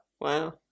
wow